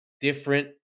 Different